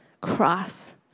cross